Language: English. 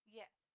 yes